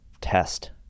test